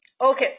Okay